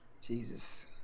Jesus